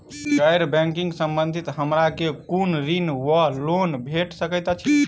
गैर बैंकिंग संबंधित हमरा केँ कुन ऋण वा लोन भेट सकैत अछि?